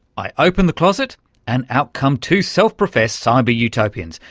i open the closet and out come two self-professed cyber-utopians,